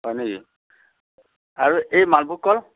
হয় নেকি আৰু এই মালভোগ কল